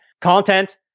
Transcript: Content